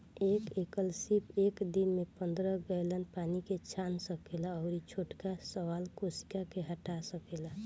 एक एकल सीप एक दिन में पंद्रह गैलन पानी के छान सकेला अउरी छोटका शैवाल कोशिका के हटा सकेला